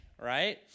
right